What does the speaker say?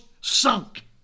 sunk